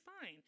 fine